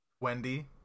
Wendy